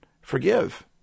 forgive